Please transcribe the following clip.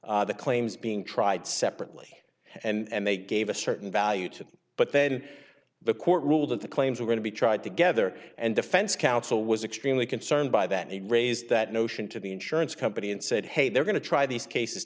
upon the claims being tried separately and they gave a certain value to them but then the court ruled that the claims were going to be tried together and defense counsel was extremely concerned by that it raised that notion to the insurance company and said hey they're going to try these cases